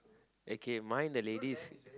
okay mine the lady is